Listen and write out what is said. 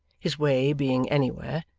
his way being anywhere,